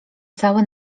cały